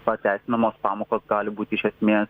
pateisinamos pamokos gali būti iš esmės